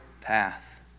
path